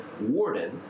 WARDEN